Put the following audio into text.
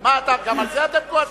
גם על זה אתם כועסים?